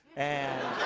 and